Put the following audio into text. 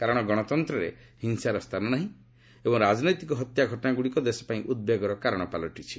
କାରଣ ଗଣତନ୍ତ୍ରରେ ହିଂସାର ସ୍ଥାନ ନାହିଁ ଏବଂ ରାଜନୈତିକ ହତ୍ୟା ଘଟଣାଗୁଡ଼ିକ ଦେଶପାଇଁ ଉଦ୍ବେଗର କାରଣ ପାଲଟିଛି